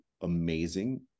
amazing